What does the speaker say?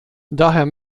daher